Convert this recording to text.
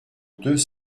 deux